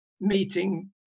meeting